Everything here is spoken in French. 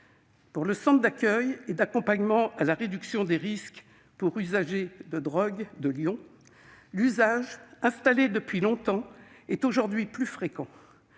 Pour le centre d'accueil et d'accompagnement à la réduction des risques des usagers de drogues de Lyon, l'usage, installé depuis longtemps, est aujourd'hui plus fréquent.